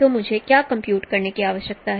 तो मुझे क्या कंप्यूट करने की आवश्यकता है